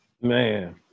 Man